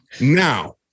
Now